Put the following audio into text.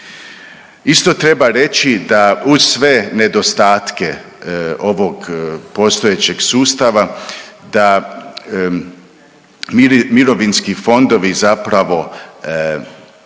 Isto treba reći da uz sve nedostatke ovog postojećeg sustava da mirovinski fondovi zapravo